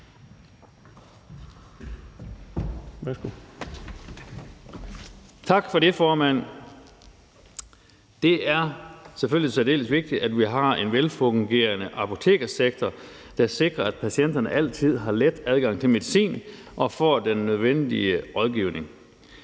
Tak for det, formand. Det er selvfølgelig særdeles vigtigt, at vi har en velfungerende apotekersektor, der sikrer, at patienterne altid har let adgang til medicin og får den nødvendige rådgivning.